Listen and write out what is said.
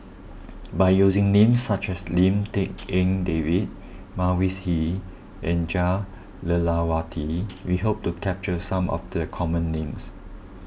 by using names such as Lim Tik En David Mavis Hee and Jah Lelawati we hope to capture some of the common names